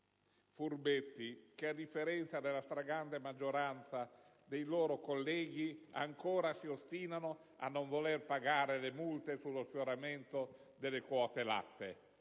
furbetti che, a differenza della stragrande maggioranza dei loro colleghi, ancora si ostinano a non voler pagare le multe sullo sforamento delle quote latte.